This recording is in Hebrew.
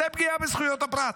פגיעה בזכויות הפרט.